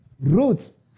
roots